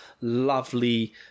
lovely